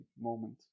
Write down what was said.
moment